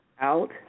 out